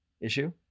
issue